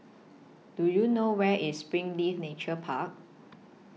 Do YOU know Where IS Springleaf Nature Park